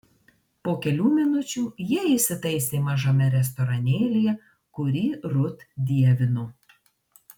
po kelių minučių jie įsitaisė mažame restoranėlyje kurį rut dievino